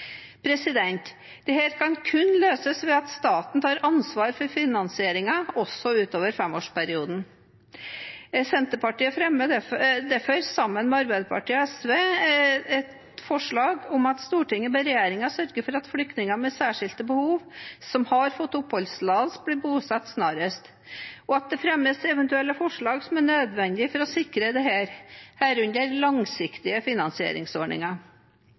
kan kun løses ved at staten tar ansvar for finansieringen, også utover femårsperioden. Senterpartiet fremmer derfor, sammen med Arbeiderpartiet og SV, et forslag der Stortinget ber regjeringen sørge for at flyktninger med særskilte behov som har fått oppholdstillatelse, blir bosatt snarest, og at det fremmes eventuelle forslag som er nødvendig for å sikre dette, herunder langsiktige finansieringsordninger.